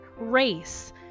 race